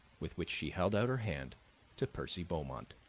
with which she held out her hand to percy beaumont.